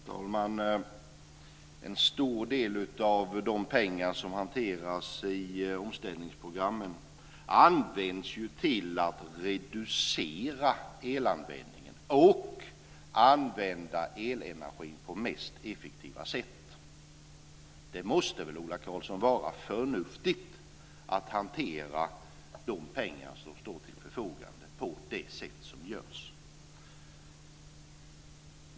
Fru talman! En stor del av de pengar som hanteras i omställningsprogrammen används till att reducera elanvändningen och till att utnyttja elenergin på mest effektiva sätt. Det måste väl vara förnuftigt att hantera de pengar som står till förfogande på det sätt som görs, Ola Karlsson?